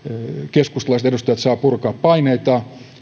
sitten edustajat saavat purkaa paineitaan